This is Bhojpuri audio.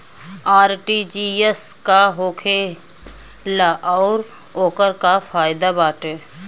आर.टी.जी.एस का होखेला और ओकर का फाइदा बाटे?